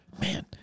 Man